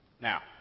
Now